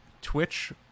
Twitch